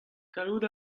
gallout